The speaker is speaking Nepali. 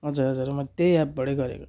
हजुर हजुर म त्यही एपबाटै गरेको